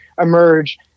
emerge